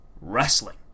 Wrestling